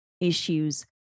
issues